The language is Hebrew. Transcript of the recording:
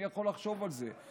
מי יכול לחשוב על זה?